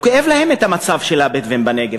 כואב להם המצב של הבדואים בנגב,